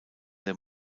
der